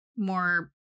more